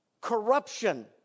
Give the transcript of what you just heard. corruption